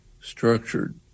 structured